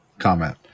comment